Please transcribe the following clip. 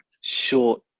short